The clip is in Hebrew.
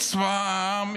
צבא העם,